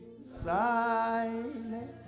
silent